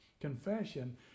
Confession